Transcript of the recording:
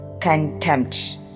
Contempt